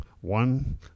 one